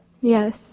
Yes